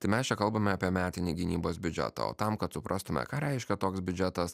tai mes čia kalbame apie metinį gynybos biudžetą o tam kad suprastume ką reiškia toks biudžetas